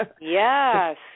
Yes